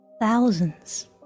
thousands